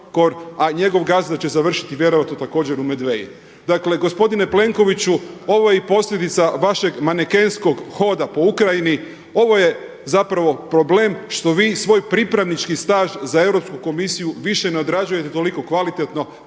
a njegov gazda će završiti vjerojatno također u Medvei. Dakle, gospodine Plenkoviću ovo je i posljedica vašeg manekenskog hoda po Ukrajini, ovo je zapravo problem što vi svoj pripravnički staž za Europsku komisiju više ne odrađujete toliko kvalitetno,